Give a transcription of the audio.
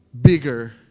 bigger